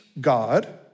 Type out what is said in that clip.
God